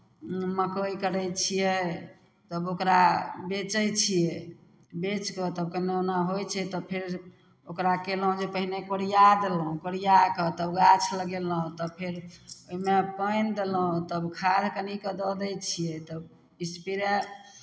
मक्कइ करै छियै तब ओकरा बेचै छियै बेचि कऽ तब कनेक ओना होइ छै तऽ फेर ओकरा कयलहुँ जे पहिने कोरिआ देलहुँ कोरिआ कऽ तब गाछ लगेलहुँ तब फेर ओहिमे पानि देलहुँ तब खाद कनिके दऽ दै छियै तब इसपरे